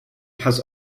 has